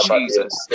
Jesus